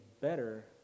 better